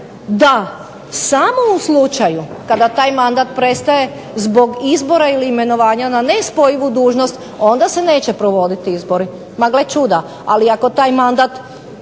da samo u slučaju kada taj mandat prestaje zbog izbora ili imenovanja na nespojivu dužnost onda se neće provoditi izbori. Ma gle čuda. Ali ako taj mandat